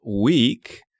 week